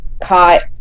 caught